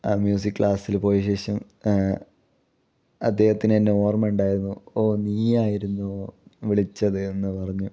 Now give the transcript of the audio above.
ആ മ്യൂസിക് ക്ലാസിൽ പോയ ശേഷം അദ്ദേഹത്തിന് എന്നെ ഓർമ്മ ഉണ്ടായിരുന്നു ഓ നീയായിരുന്നോ വിളിച്ചത് എന്ന് പറഞ്ഞു